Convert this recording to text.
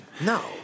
No